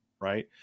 right